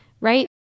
right